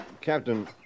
Captain